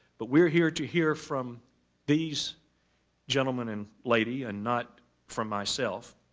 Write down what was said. but we're here to hear from these gentlemen and lady and not from myself.